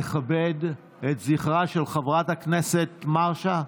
לכבד את זכרה של חברת הכנסת מרשה?